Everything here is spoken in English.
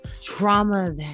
trauma